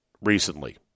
recently